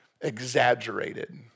exaggerated